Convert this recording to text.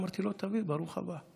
אמרתי לו: תביא, ברוך הבא.